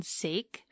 sake